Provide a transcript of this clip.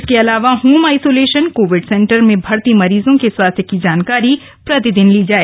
इसके अलावा home isolation covid centre में भर्ती मरीजों के स्वास्थ्य की जानकारी प्रतिदिन ली जाए